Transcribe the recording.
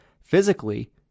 Physically